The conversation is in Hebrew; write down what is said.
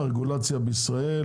הרגולציה בישראל,